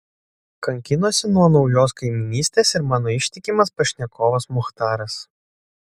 kankinosi nuo naujos kaimynystės ir mano ištikimas pašnekovas muchtaras